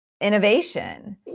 innovation